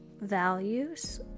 values